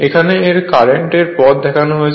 এখানে এর কারেন্ট পথ দেখানো হয়েছে